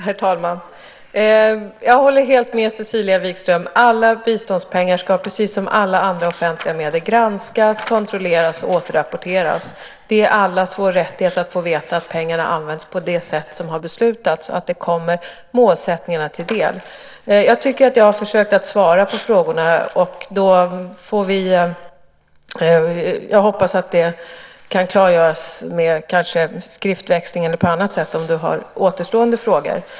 Herr talman! Jag håller helt med Cecilia Wikström. Alla biståndspengar ska precis som alla andra offentliga medel granskas, kontrolleras och återrapporteras. Det är allas vår rättighet att få veta att pengarna använts på det sätt som har beslutats, att det kommer målsättningarna till del. Jag tycker att jag har försökt svara på frågorna, och jag hoppas det hela kanske kan klargöras med skriftväxling eller på annat sätt om du har återstående frågor.